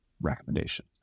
recommendation